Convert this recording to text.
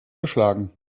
geschlagen